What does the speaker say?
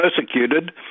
persecuted